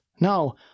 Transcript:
No